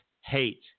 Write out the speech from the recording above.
hate